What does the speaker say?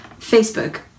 Facebook